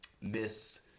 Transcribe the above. Miss